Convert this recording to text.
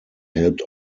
helped